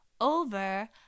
over